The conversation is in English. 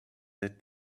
that